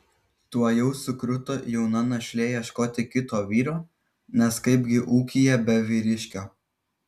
tuojau sukruto jauna našlė ieškoti kito vyro nes kaipgi ūkyje be vyriškio